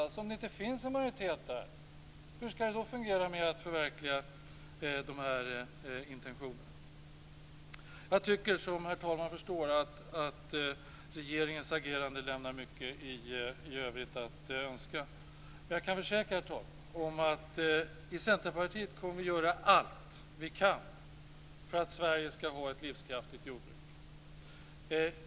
Hur skall det då fungera när det gäller att förverkliga de här intentionerna? Jag tycker, som herr talmannen förstår, att regeringens agerande lämnar mycket i övrigt att önska. Herr talman! Jag kan försäkra att vi i Centerpartiet kommer att göra allt vi kan för att Sverige skall ha ett livskraftigt jordbruk.